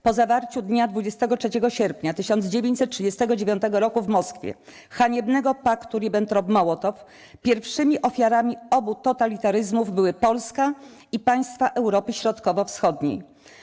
Po zawarciu dnia 23 sierpnia 1939 roku w Moskwie haniebnego paktu Ribbentrop-Mołotow pierwszymi ofiarami obu totalitaryzmów były Polska i państwa Europy Środkowo-Wschodniej.